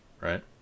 right